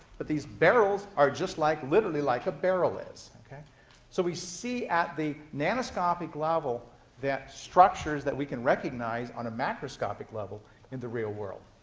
but these barrels are just like, literally, like a barrel is. so we see at the nanoscopic level that structures that we can recognize on a macroscopic level in the real world.